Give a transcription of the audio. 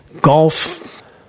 golf